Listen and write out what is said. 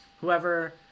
whoever